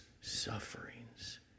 sufferings